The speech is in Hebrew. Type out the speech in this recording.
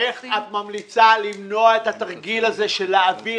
איך את ממליצה למנוע את התרגיל הזה של להעביר